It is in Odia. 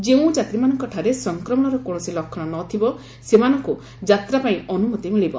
ଯେଉଁଯାତ୍ରୀମାନଙ୍କ ଠାରେ ସଂକ୍ରମଣର କୌଣସି ଲକ୍ଷଣ ନଥିବ ସେମାନଙ୍କୁ ଯାତ୍ରା ପାଇଁ ଅନୁମତି ମିଳିବ